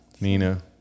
Nina